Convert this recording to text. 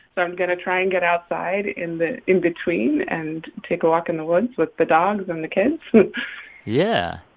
but i'm going to try and get outside in the in-between and take a walk in the woods with the dogs and um the kids yeah.